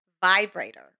vibrator